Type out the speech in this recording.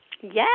Yes